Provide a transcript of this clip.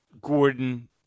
Gordon